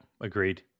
Agreed